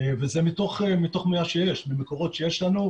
וזה מתוך 100 שיש במקורות שיש לנו,